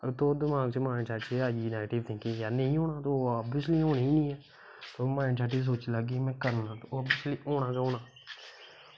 अगर तोआड़े दिमाग च माईड़सैट च नैगेटिव थिंकिंग ऐ नेईं होना ते होना गै नेईं ऐ माईड़सैट च तुस सोची लैग्गे कि होना ते ओह् होना गै होना